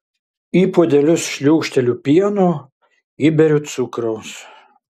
į puodelius šliūkšteliu pieno įberiu cukraus